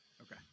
Okay